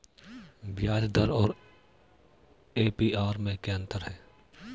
ब्याज दर और ए.पी.आर में क्या अंतर है?